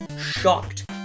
shocked